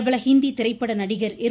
பிரபல ஹிந்தி திரைப்பட நடிகர் இர்